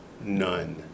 None